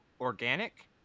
organic